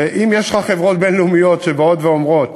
ואם יש לך חברות בין-לאומיות שבאות ואומרות: